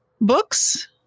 Books